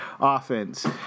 offense